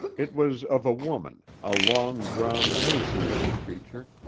it was of a woman, a long-drawn, emaciated creature,